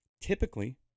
typically